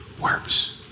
works